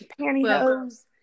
pantyhose